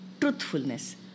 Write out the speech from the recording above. truthfulness